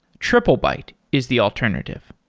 triplebyte is the alternative.